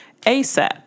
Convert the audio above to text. ASAP